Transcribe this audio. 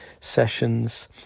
sessions